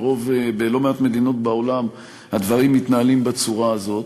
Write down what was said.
בלא מעט מדינות בעולם הדברים מתנהלים בצורה הזאת.